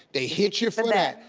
they hit you for that.